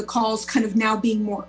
the calls kind of now being more